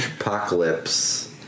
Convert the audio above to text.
Apocalypse